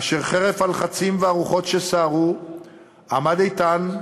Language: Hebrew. אשר חרף הלחצים והרוחות שסערו עמד איתן,